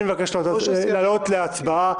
אני מבקש להעלות להצבעה.